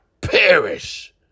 perish